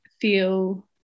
feel